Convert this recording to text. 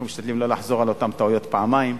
אנחנו משתדלים לא לחזור על אותן טעויות פעמיים.